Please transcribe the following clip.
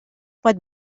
pot